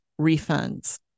refunds